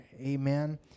amen